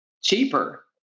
cheaper